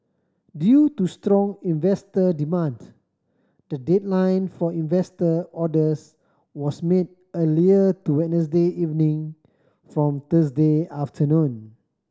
due to strong investor demand the deadline for investor orders was made earlier to Wednesday evening from Thursday afternoon